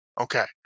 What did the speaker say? Okay